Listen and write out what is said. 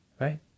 right